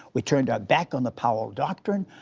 we turned our back on the powell doctrine,